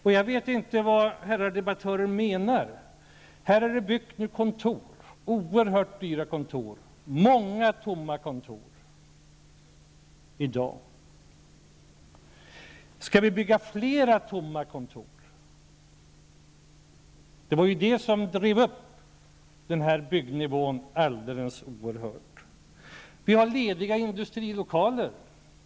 Jag vet vidare inte vad herrar debattörer menar -- det har nu byggts oerhört dyra kontor, varav i dag många står tomma. Skall vi bygga flera tomma kontor? Det var ju det som drev upp nivån på byggverksamheten alldeles oerhört. Vi har också lediga industrilokaler.